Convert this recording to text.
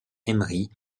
emery